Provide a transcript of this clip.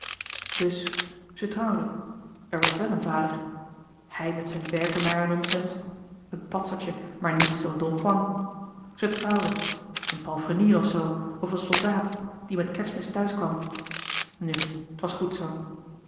dus ze trouwde er was wel een vader hij met zijn berkemeier nonsens een patsertje maar niet z'n don juan ze trouwde een palfrenier of zoo of een soldaat die met kerstmis thuis kwam nu t was goed zoo